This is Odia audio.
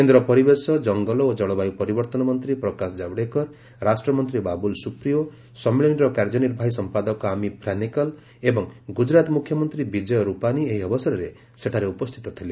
କେନ୍ଦ୍ର ପରିବେଶ ଜଙ୍ଗଲ ଓ ଜଳବାୟୁ ପରିବର୍ତ୍ତନ ମନ୍ତ୍ରୀ ପ୍ରକାଶ ଜାଓଡେକର ରାଷ୍ଟ୍ରମନ୍ତ୍ରୀ ବାବୁଲ ସୁପ୍ରିୟୋ ସମ୍ମିଳନୀର କାର୍ଯ୍ୟନିର୍ବାହୀ ସମ୍ପାଦକ ଆମି ଫ୍ରାନେକେଲ୍ ଏବଂ ଗୁଜରାତ ମୁଖ୍ୟମନ୍ତ୍ରୀ ବିଜୟ ରୁପାଣି ଏହି ଅବସରରେ ସେଠାରେ ଉପସ୍ଥିତ ଥିଲେ